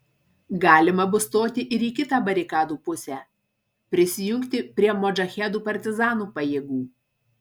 galima bus stoti ir į kitą barikadų pusę prisijungti prie modžahedų partizanų pajėgų